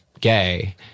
gay